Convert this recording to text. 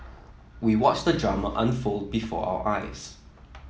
we watched the drama unfold before our eyes